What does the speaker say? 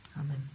Amen